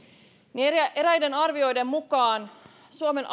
niin eräiden arvioiden mukaan suomen